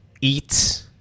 eat